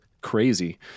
crazy